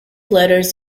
letters